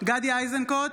גדי איזנקוט,